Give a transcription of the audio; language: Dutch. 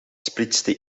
splitste